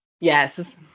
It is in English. Yes